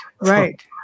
right